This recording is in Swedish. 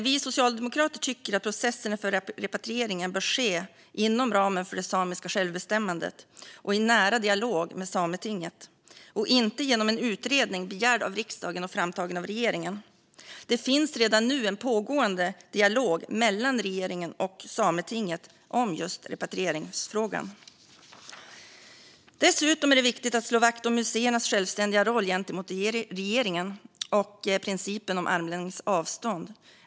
Vi socialdemokrater tycker att processerna för repatrieringen bör ske inom ramen för det samiska självbestämmandet och i nära dialog med Sametinget, inte genom en utredning begärd av riksdagen och framtagen av regeringen. Det finns redan nu en pågående dialog mellan regeringen och Sametinget om just repatrieringsfrågan. Dessutom är det viktigt att slå vakt om museernas självständiga roll gentemot regeringen och principen om armlängds avstånd.